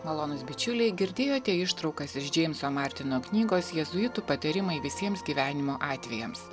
malonūs bičiuliai girdėjote ištraukas iš džeimso martino knygos jėzuitų patarimai visiems gyvenimo atvejams